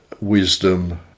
wisdom